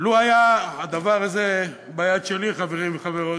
לו היה הדבר הזה ביד שלי, חברים וחברות,